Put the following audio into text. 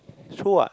true what